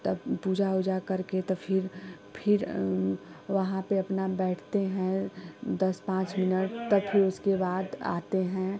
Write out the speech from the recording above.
तब पूजा ऊजा करके तब फिर फिर एँ वहाँ पे अपना बैठते हैं दस पांच मिनट तक फिर उसके बाद आते हैं